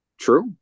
True